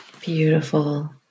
beautiful